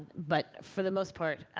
but for the most part,